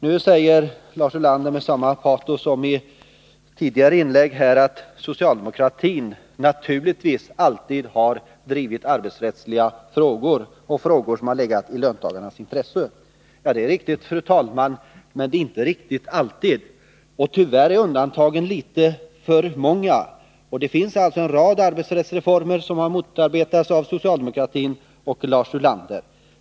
Nu säger Lars Ulander med samma patos som i tidigare inlägg att socialdemokratin naturligtvis alltid har drivit arbetsrättsliga frågor och frågor som har legat i löntagarnas intresse. Ja, det har den gjort men inte riktigt alltid. Tyvärr är undantagen litet för många. Det finns en rad arbetsrättsreformer som har möotarbetats av socialdemokratin och av Lars Ulander.